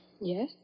Yes